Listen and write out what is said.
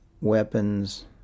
weapons